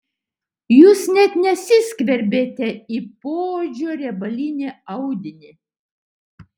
jūs net nesiskverbėte į poodžio riebalinį audinį